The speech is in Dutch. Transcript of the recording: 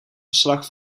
verslag